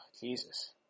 Jesus